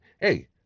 hey